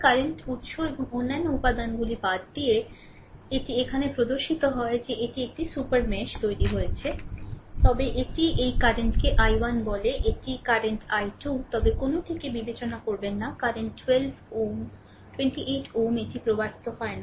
current উত্স এবং অন্যান্য উপাদানগুলি বাদ দিয়ে এটি এখানে প্রদর্শিত হয় যে এটি একটি সুপার মেশ তৈরি হয়েছে তবে এটিই এই কারেন্টকে I1 বলে এটি কারেন্ট I2 তবে কোনওটিকে বিবেচনা করবেন না কারেন্ট 12 Ω 28 Ω এটি প্রবাহিত হয় না